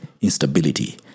instability